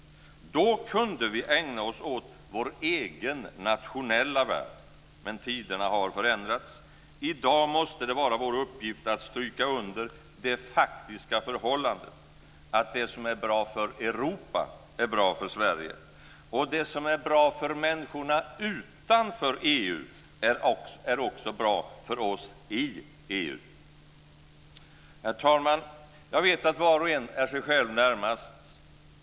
Då kunde vi ägna oss åt vår egen nationella värld. Men tiderna har förändrats. I dag måste det vara vår uppgift att stryka under det faktiska förhållandet, att det som är bra för Europa är bra för Sverige, och det som är bra för människorna utanför EU är också bra för oss i EU. Herr talman! Jag vet att var och en är sig själv närmast.